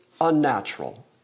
unnatural